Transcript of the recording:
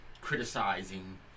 criticizing